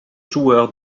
joueur